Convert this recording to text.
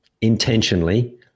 intentionally